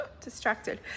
Distracted